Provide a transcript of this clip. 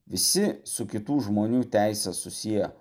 visi su kitų žmonių teise susiję